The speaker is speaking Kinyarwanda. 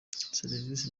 serivisi